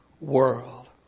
world